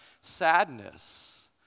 sadness